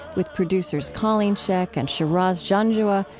with producers colleen scheck and shiraz janjua,